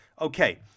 Okay